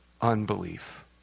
unbelief